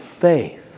faith